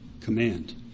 command